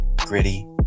gritty